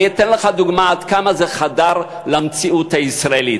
אני אתן לך דוגמה עד כמה זה חדר למציאות הישראלית,